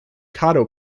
caddo